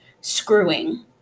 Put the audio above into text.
screwing